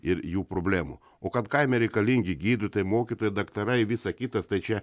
ir jų problemų o kad kaime reikalingi gydytojai mokytojai daktarai visa kita tai čia